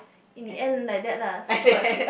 in the end like that lah so I keep